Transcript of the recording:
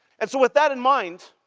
and so, with that in mind,